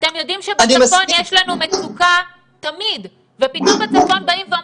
אתם יודעים שבצפון יש לנו מצוקה תמיד ופתאום בצפון באים ואומרים,